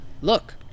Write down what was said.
look